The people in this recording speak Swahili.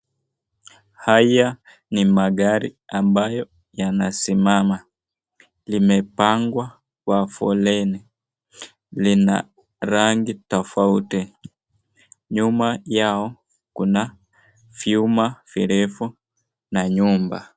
Ni magari ambayo yanasimama. Limepangwa kwa foleni. Lina rangi tofauti. Nyuma yao kuna vyuma virefu na nyumba.